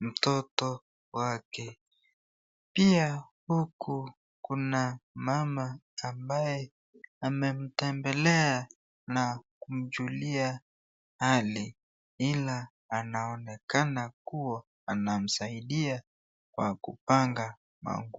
mtoto wake pia kuna mama ambaye amemtembelea na kumjulia hali ila anaonekana kuwa anamsaidia kwa kupanga manguo.